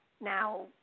now